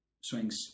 swings